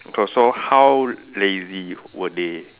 okay so how lazy were they